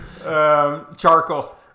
charcoal